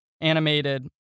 animated